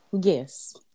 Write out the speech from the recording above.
yes